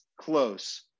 close